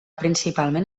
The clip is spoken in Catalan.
principalment